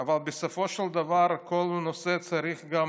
אבל בסופו של דבר כל נושא צריך גם